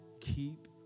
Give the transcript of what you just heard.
Keep